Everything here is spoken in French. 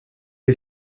est